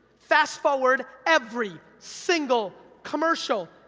fast forward every single commercial?